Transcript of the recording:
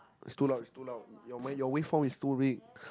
it's too loud it's too loud your mic your waveform is too big